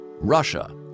Russia